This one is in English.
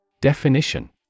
Definition